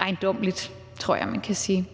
ejendommeligt, tror jeg man kan sige.